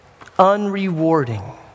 unrewarding